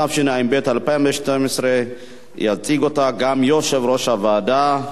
התשע"ב 2012. גם אותה יציג יושב-ראש הוועדה,